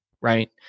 right